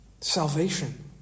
salvation